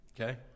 okay